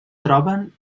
troben